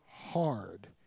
hard